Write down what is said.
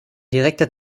direkter